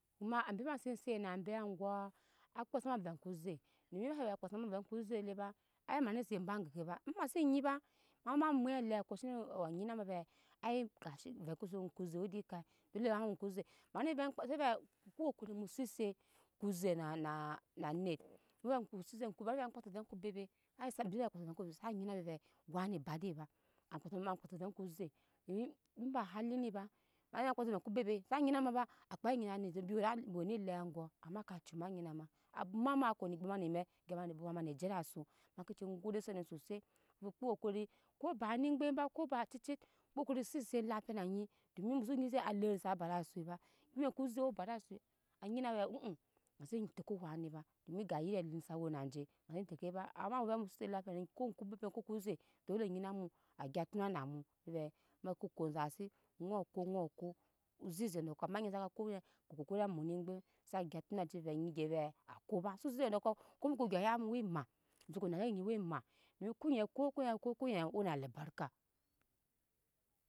Koma ambe ba se set na be aŋgɔ a kpa sama ovɛ ko ze domi asa vɛ akpa sama ko ze be ba ai mane si we ge le ba ba ai mane si we ge le ba domi mase nyi ba mama mwɛt elako shine nyina ma vɛ ai kashe ovɛ ke su we ko ze wede kai dole an koze ma ne vɛ kpa seve kpo kokori mu sese ko ze nana na net kpa se ovɛ ko bebe ai dole aŋko su nyinave vɛ wani ba de ba akpa se ma ma kpa se ovɛ ko ze domi ema hali ni ba ma ne vvɛ ma kpase ovɛ mo bebe su nyina ma ba akpɛ nyina anet dora bi wene lem aŋgɔ ama ka cu ma nyina ma abwoma mako gyap ma bwoma ma ne jede su ma ke ci gode seni susui mu kpo kokori ko ba ni kpem ba ko ba ace cet kpo kokori mu seset lapiya na nyi domi muso nyise alii sa bada suii ba mu nyi ko ze obada suii anyine avɛ bi se tɛko wani ba domi ka yiri ati sa wena je ma se teke ba ama vɛ mu sese lapiya na ni ko ku bebe koku ze dole anyina mu agya tona na mu vɛvɛ mu ko ko zasi ŋɔ ko ŋɔ ko ozise no ko am nyi saka ko mune kpo kokori amu ni kpem sa gya atona na acece vɛ nyi ge re ako ba so zezze do koɔ komuko gya nyi mu we ma mu soko nase anyi we ma domi ko nyi ko konyi ko ko nyi wena albarkka.